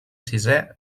sisè